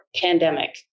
pandemic